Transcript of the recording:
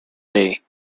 day